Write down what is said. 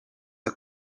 are